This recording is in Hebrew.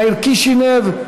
מהעיר קישינב.